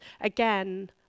again